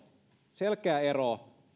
selkeä ero